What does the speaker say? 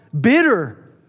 bitter